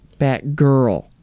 Batgirl